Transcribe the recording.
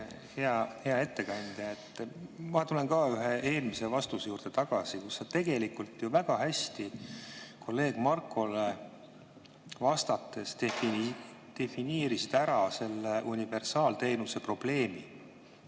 Hea ettekandja! Ma tulen ka ühe eelmise vastuse juurde tagasi, kus sa tegelikult ju väga hästi kolleeg Markole vastates defineerisid ära selle universaalteenuse probleemi.